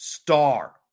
Star